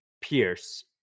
Pierce